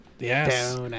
Yes